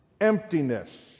Emptiness